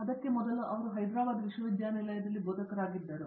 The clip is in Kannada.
ಅದಕ್ಕೆ ಮೊದಲು ಅವರು ಹೈದರಾಬಾದ್ ವಿಶ್ವವಿದ್ಯಾಲಯದಲ್ಲಿ ಬೋಧಕರಾಗಿದ್ದರು